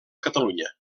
catalunya